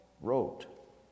wrote